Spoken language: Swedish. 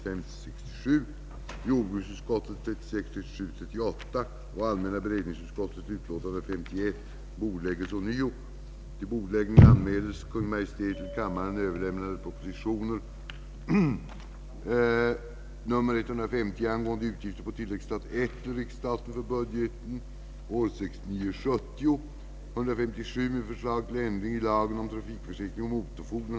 För en ung person som på otillräckliga grunder förklaras lida av psykisk ohälsa och därmed skiljes från sin tjänst kan detta vara mycket allvarligt. Det skapar svårigheter för nytt arbete och kan innebära en helt förändrad framtid.